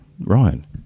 Ryan